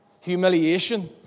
humiliation